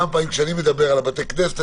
כמה פעמים כשאני מדבר על בתי הכנסת,